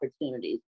opportunities